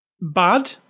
Bad